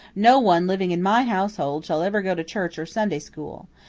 no one living in my household shall ever go to church or sunday school.